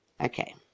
Okay